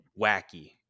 wacky